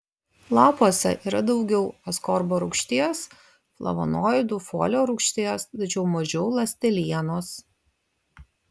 lapuose yra daugiau askorbo rūgšties flavonoidų folio rūgšties tačiau mažiau ląstelienos